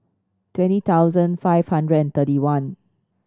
twenty thousand five hundred and thirty one